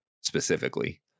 specifically